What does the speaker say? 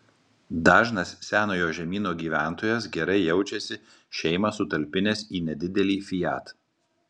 dažnas senojo žemyno gyventojas gerai jaučiasi šeimą sutalpinęs į nedidelį fiat